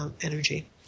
energy